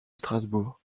strasbourg